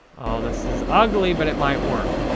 oh, this is ugly but it might work.